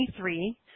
23